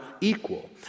equal